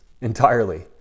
entirely